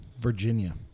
Virginia